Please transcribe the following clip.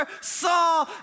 saw